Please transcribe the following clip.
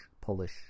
Polish